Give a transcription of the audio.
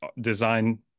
design